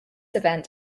event